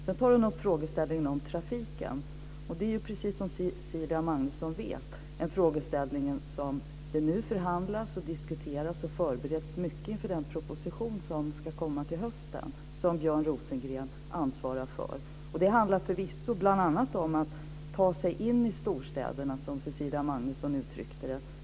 Sedan tar hon upp frågeställningen om trafiken. Precis som Cecilia Magnusson vet förhandlas, diskuteras och förbereds det nu mycket inför den proposition som ska komma till hösten, som Björn Rosengren ansvarar för. Det handlar förvisso bl.a. om att ta sig in i storstäderna, som Cecilia Magnusson uttryckte det.